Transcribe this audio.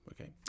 okay